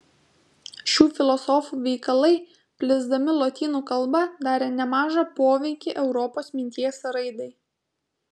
šių filosofų veikalai plisdami lotynų kalba darė nemažą poveikį europos minties raidai